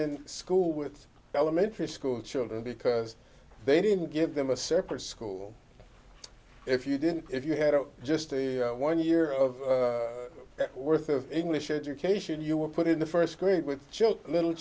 in school with elementary school children because they didn't give them a separate school if you didn't if you had just a one year of worth of english education you were put in the first grade with just little